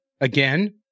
again